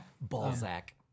Balzac